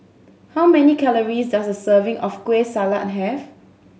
how many calories does a serving of Kueh Salat have